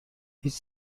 هیچ